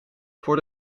voor